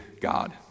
God